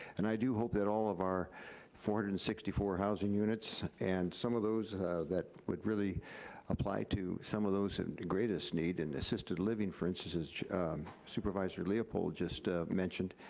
and i do hope that all of our four hundred and sixty four housing units and some of those that would really apply to some of those in greatest need in assisted living, for instance, as supervisor leopold just ah mentioned,